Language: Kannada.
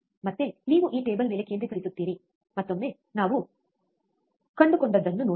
ಮತ್ತೆ ನೀವು ಈ ಟೇಬಲ್ ಮೇಲೆ ಕೇಂದ್ರೀಕರಿಸುತ್ತೀರಿ ಮತ್ತೊಮ್ಮೆ ನಾವು ಕಂಡುಕೊಂಡದ್ದನ್ನು ನೋಡೋಣ